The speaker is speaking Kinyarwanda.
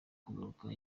kugaruka